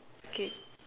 okay